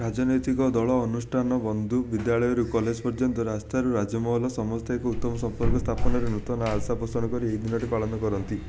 ରାଜନୈତିକ ଦଳ ଅନୁଷ୍ଠାନ ବନ୍ଧୁ ବିଦ୍ୟାଳୟରୁ କଲେଜ୍ ପର୍ଯ୍ୟନ୍ତ ରାସ୍ତାରୁ ରାଜମହଲ ସମସ୍ତେ ଏକ ଉତ୍ତମ ସମ୍ପର୍କ ସ୍ଥାପନର ନୂତନ ଆଶା ପୋଷଣ କରି ଏହି ଦିନଟି ପାଳନ କରନ୍ତି